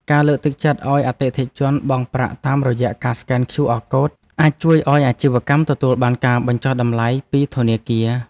ការលើកទឹកចិត្តឱ្យអតិថិជនបង់ប្រាក់តាមរយៈការស្កែនឃ្យូអរកូដអាចជួយឱ្យអាជីវកម្មទទួលបានការបញ្ចុះតម្លៃពីធនាគារ។